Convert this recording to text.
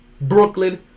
Brooklyn